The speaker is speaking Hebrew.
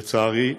לצערי,